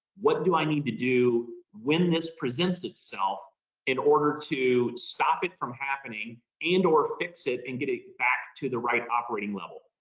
what do i need to do when this presents itself in order to stop it from happening and or fix it and get ah back to the right operating level.